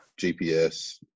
GPS